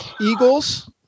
Eagles